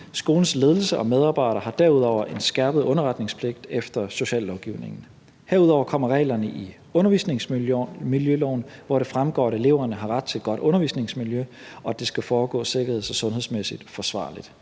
Skolens ledelse og medarbejdere har derudover en skærpet underretningspligt efter sociallovgivningen. Herudover kommer reglerne i undervisningsmiljøloven, hvor det fremgår, at eleverne har ret til et godt undervisningsmiljø, og at det skal foregå sikkerheds- og sundhedsmæssigt forsvarligt.